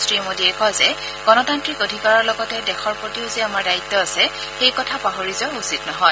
শ্ৰীমোডীয়ে কয় যে গণতান্ত্ৰিক অধিকাৰৰ লগতে দেশৰ প্ৰতিও যে আমাৰ দায়িত্ব আছে সেই কথা পাহৰি যোৱা উচিত নহয়